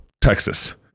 Texas